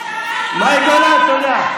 תודה.